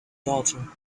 daughter